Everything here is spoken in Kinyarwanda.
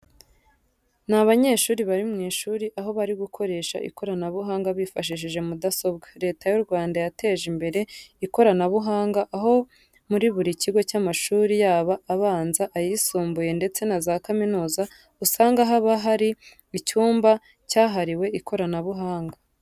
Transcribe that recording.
Ni abanyeshuri bari mu ishuri aho bari gukoresha ikoranabuhanga bifashishije mudasobwa. Leta y'u Rwanda yateje imbere ikoranabuhanga aho muri buri kigo cy'amashuri yaba abanza, ayisumbuye ndetse na za kaminuza usanga haba hari icyumba cyahariwe ikoranabuhanga.